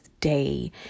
day